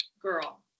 Girl